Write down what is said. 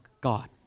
God